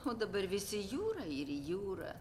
o dabar vis į jūrą ir į jūrą